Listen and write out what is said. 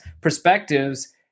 perspectives